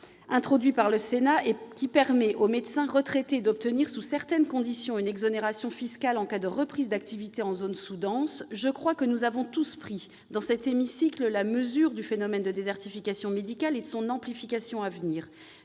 introduit par le Sénat permettait aux médecins retraités d'obtenir, sous certaines conditions, une exonération fiscale en cas de reprise d'activité en zone sous-dense. Je crois que nous avons tous pris, dans cet hémicycle, la mesure du phénomène de désertification médicale et de son amplification à venir.